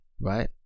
right